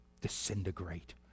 disintegrate